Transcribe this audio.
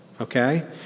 Okay